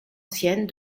ancienne